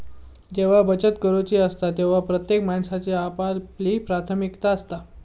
जेव्हा बचत करूची असता तेव्हा प्रत्येक माणसाची आपापली प्राथमिकता असता